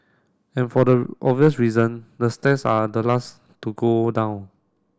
and for the obvious reason the stairs are the last to go down